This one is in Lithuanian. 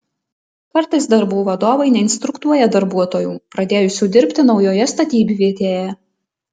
kartais darbų vadovai neinstruktuoja darbuotojų pradėjusių dirbti naujoje statybvietėje